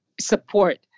support